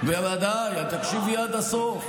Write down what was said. בוודאי, תקשיבי עד הסוף.